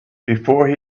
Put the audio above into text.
before